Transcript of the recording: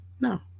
No